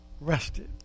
rested